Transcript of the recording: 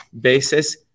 basis